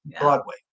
Broadway